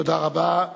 תודה רבה.